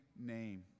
name